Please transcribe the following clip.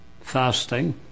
fasting